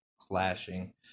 clashing